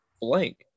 blank